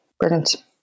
brilliant